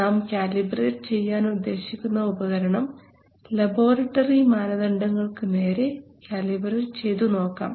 നാം കാലിബറേറ്റ് ചെയ്യാൻ ഉദ്ദേശിക്കുന്ന ഉപകരണം ലബോറട്ടറി മാനദണ്ഡങ്ങൾക്ക് നേരെ കാലിബറേറ്റ് ചെയ്തു നോക്കാം